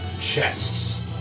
chests